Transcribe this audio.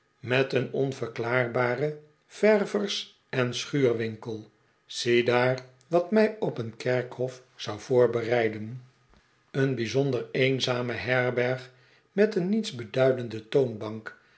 met een onverklaarbaren ververs on schuurwinkel ziedaar wat mij op oen kerkhof zou voorbereiden een bijzonder eenzame herberg met een nietsbeduidende toonbank